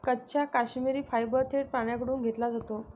कच्चा काश्मिरी फायबर थेट प्राण्यांकडून घेतला जातो